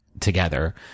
together